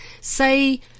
Say